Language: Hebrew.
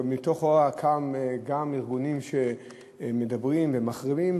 גם ארגונים שמדברים ומחרימים,